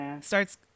starts